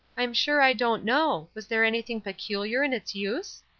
i'm sure i don't know. was there anything peculiar in its use?